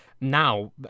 Now